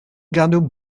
gadw